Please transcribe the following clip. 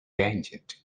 tangent